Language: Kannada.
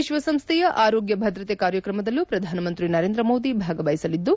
ವಿಶ್ವಸಂಸ್ಥೆಯ ಆರೋಗ್ಯ ಭದ್ರತೆ ಕಾರ್ಯತ್ರಮದಲ್ಲೂ ಶ್ರಧಾನಮಂತ್ರಿ ನರೇಂದ್ರ ಮೋದಿ ಭಾಗವಹಿಸಲಿದ್ದು